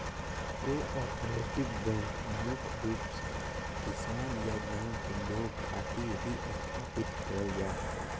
cooperative bank मुख्य रूप से किसान या गांव के लोग खातिर ही स्थापित करल जा हय